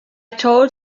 told